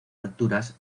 alturas